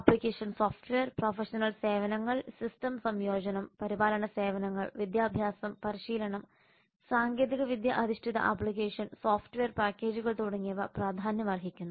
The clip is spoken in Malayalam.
ആപ്ലിക്കേഷൻ സോഫ്റ്റ്വെയർ പ്രൊഫഷണൽ സേവനങ്ങൾ സിസ്റ്റം സംയോജനം പരിപാലന സേവനങ്ങൾ വിദ്യാഭ്യാസം പരിശീലനം സാങ്കേതികവിദ്യ അധിഷ്ഠിത ആപ്ലിക്കേഷൻ സോഫ്റ്റ്വെയർ പാക്കേജുകൾ തുടങ്ങിയവ പ്രാധാന്യമർഹിക്കുന്നു